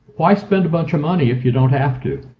why spend a bunch of money if you don't have to?